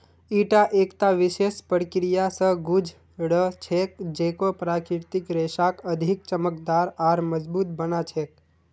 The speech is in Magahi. ईटा एकता विशेष प्रक्रिया स गुज र छेक जेको प्राकृतिक रेशाक अधिक चमकदार आर मजबूत बना छेक